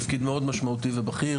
תפקיד מאוד משמעותי ובכיר.